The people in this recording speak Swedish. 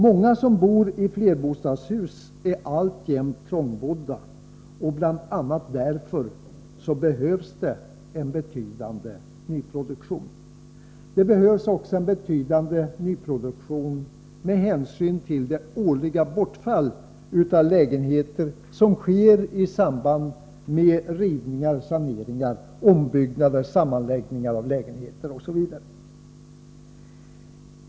Många som bor i flerbostadshus är alltjämt trångbodda och bl.a. därför behövs en betydande nyproduktion. Det behövs också en omfattande nyproduktion med hänsyn till det årliga bortfall av lägenheter som sker i samband med rivningar, saneringar, ombyggnader, sammanläggningar av lägenheter osv.